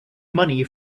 money